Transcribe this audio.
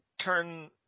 turn